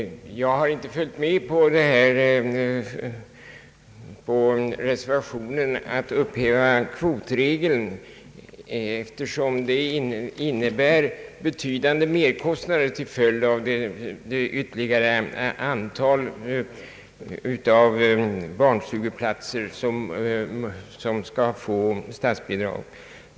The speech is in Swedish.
Jag har inte följt reservationen när det gäller att upphäva kvotregeln, eftersom detta innebär betydande merkostnader till följd av det ytterligare antal barnstugeplatser som skall få statsbidrag.